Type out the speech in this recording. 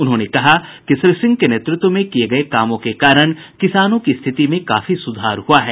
उन्होंने कहा कि श्री सिंह के नेतृत्व में किये गये कामों के कारण किसानों की स्थिति में काफी सुधार हुआ है